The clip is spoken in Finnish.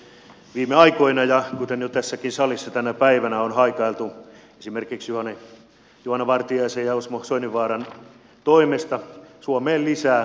viime aikoina kuten jo tässäkin salissa tänä päivänä sekä esimerkiksi juhana vartiaisen ja osmo soininvaaran toimesta on haikailtu suomeen lisää matalapalkkatyötä